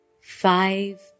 five